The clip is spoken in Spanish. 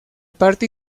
parte